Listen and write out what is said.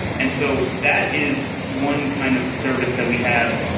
and so that is one kind of service that we have,